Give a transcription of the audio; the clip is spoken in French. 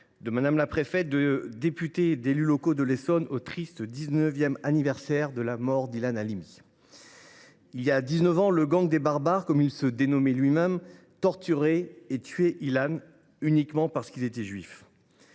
de Mme la préfète, de députés et d’élus locaux de l’Essonne, au triste dix neuvième anniversaire de la mort d’Ilan Halimi. Voilà dix neuf ans, le « gang des barbares », comme il se dénommait lui même, torturait et tuait Ilan, uniquement parce qu’il était juif.